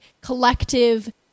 collective